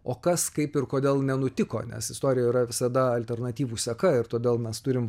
o kas kaip ir kodėl nenutiko nes istorijoj yra visada alternatyvų seka ir todėl mes turim